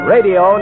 Radio